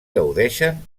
gaudeixen